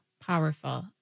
powerful